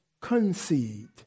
concede